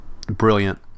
brilliant